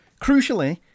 Crucially